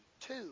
Two